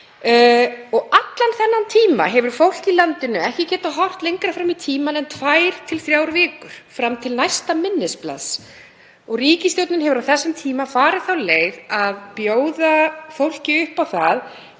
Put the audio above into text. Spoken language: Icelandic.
dag. Allan þennan tíma hefur fólkið í landinu ekki getað horft lengra fram í tímann en tvær til þrjár vikur, fram til næsta minnisblaðs, og ríkisstjórnin hefur á þessum tíma farið þá leið að bjóða fólki upp á það